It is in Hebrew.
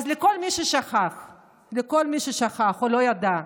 אז לכל מי ששכח או לא ידע,